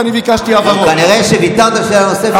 לא,